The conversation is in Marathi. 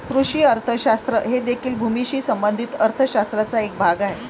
कृषी अर्थशास्त्र हे देखील भूमीशी संबंधित अर्थ शास्त्राचा एक भाग आहे